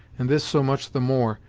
and this so much the more,